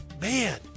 Man